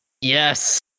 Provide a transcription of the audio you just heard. yes